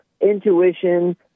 intuition